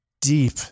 deep